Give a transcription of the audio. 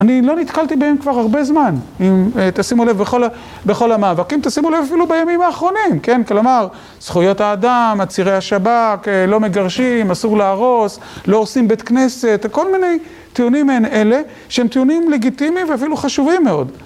אני לא נתקלתי בהם כבר הרבה זמן, אם תשימו לב, בכל המאבקים, תשימו לב אפילו בימים האחרונים, כן, כלומר, זכויות האדם, עצירי השב"כ, לא מגרשים, אסור להרוס, לא עושים בית כנסת, כל מיני טיעונים מהן אלה, שהם טיעונים לגיטימיים ואפילו חשובים מאוד.